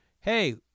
Hey